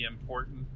important